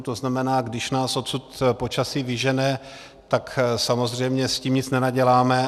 To znamená, když nás odsud počasí vyžene, tak samozřejmě s tím nic nenaděláme.